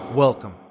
Welcome